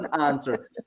answer